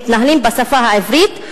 מתנהל בשפה העברית,